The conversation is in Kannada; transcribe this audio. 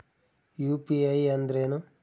ಯು.ಪಿ.ಐ ಅಂದ್ರೇನು?